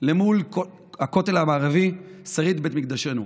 מול הכותל המערבי, שריד בית מקדשנו.